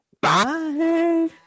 Bye